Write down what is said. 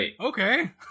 Okay